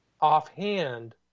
offhand